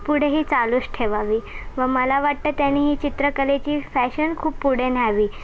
पुढेही चालूच ठेवावी व मला वाटते त्यानी ही चित्रकलेची फॅशन खूप पुढे न्यावी